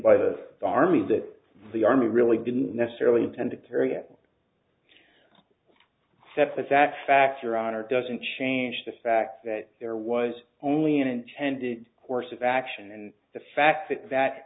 by the army that the army really didn't necessarily tend to carry a separate that fact your honor doesn't change the fact that there was only an intended course of action and the fact that that